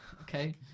Okay